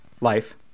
life